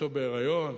אשתו בהיריון.